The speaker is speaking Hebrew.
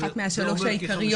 אחת מהשלוש העיקריות.